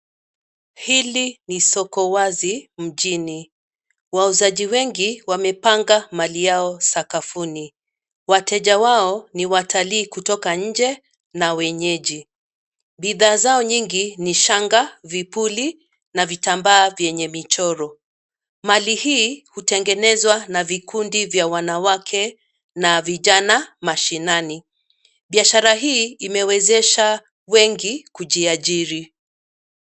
Hili ni soko wazi mjini, wauzaji wengi wamepanga mali yao sakafuni, wateja wao ni watalii kutoka nje, na wenyeji, bidhaa zao nyingi ni shanga, vipuli na vitambaa vyenye michoro, mali hii, hutengenezwa na vikundi vya wanawake, na vijana mashinani, biashara hii imewezesha, wengi kujiajiri.